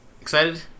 Excited